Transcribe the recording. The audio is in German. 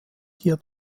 hier